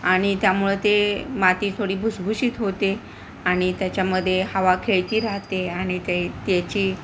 आणि त्यामुळं ते माती थोडी भुसभुशीत होते आणि त्याच्यामध्ये हवा खेळती राहाते आणि ते त्याची